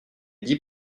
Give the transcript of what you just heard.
dit